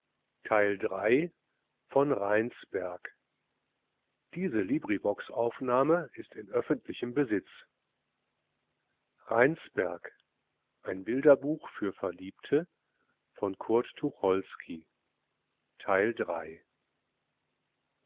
tucholsky rheinsberg ein bilderbuch für verliebte